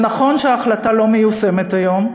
זה נכון שההחלטה לא מיושמת היום,